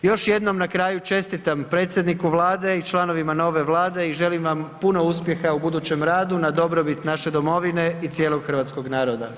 Još jednom na kraju čestitam predsjedniku Vlade i članovima nove Vlade i želim vam puno uspjeha u budućem radu na dobrobit naše domovine i cijelog hrvatskog naroda.